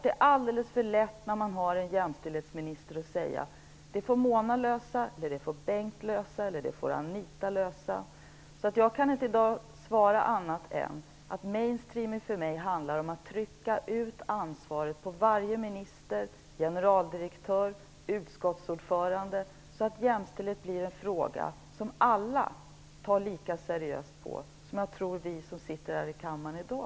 Det är alldeles för lätt när man har en jämställdhetsminister att säga att det får Mona lösa, eller det får Bengt lösa eller det får Anita lösa. Jag kan i dag inte svara annat än att main streaming för mig handlar om att trycka ut ansvaret på varje minister, generaldirektör och utskottsordförande, så att jämställdhet blir en fråga som alla tar lika seriöst på som jag tror att vi gör som sitter här i kammaren i dag.